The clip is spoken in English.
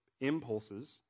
impulses